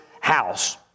house